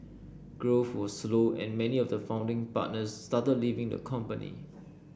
growth was slow and many of the founding partners started leaving the company